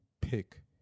pick